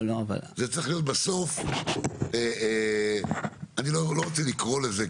זה צריך להיות בסוף אני לא רוצה לקרוא לזה,